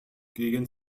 gegen